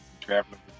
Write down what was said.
traveling